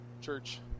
church